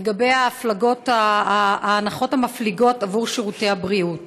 לגבי ההנחות המפליגות עבור שירותי הבריאות.